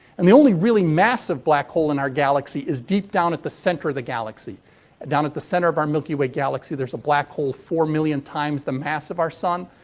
and the only really massive black hole in our galaxy is deep down at the center of the galaxy. and down at the center of our milky way galaxy there's a black hole four million times the mass of our sun.